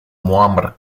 муамар